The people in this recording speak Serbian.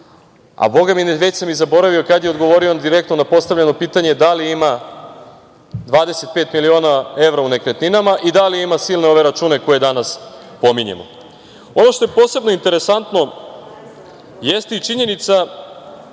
a bogami već sam i zaboravio kada je odgovorio direktno na postavljeno pitanje da li ima 25 miliona evra u nekretninama i da li ima silne ove račune koje danas pominjemo. Ono što je posebno interesantno jeste i činjenica